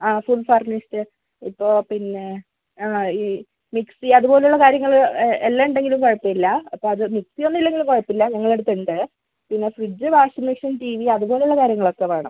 ആ full furnished ഇപ്പോൾ പിന്നെ ആ ഈ മിക്സി അതുപോലുള്ള കാര്യങ്ങൾ എല്ലാം ഉണ്ടെങ്കിലും കുഴപ്പമില്ല അപ്പോൾ അത് മിക്സിയൊന്നും ഇല്ലെങ്കിലും കുഴപ്പമില്ല ഞങ്ങടെ അടുത്തുണ്ട് പിന്നെ fridge washing machine T V അതുപോലുള്ള കാര്യങ്ങളൊക്കെ വേണം